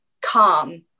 calm